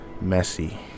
Messy